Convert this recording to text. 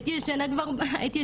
הייתי ישנה בחוץ,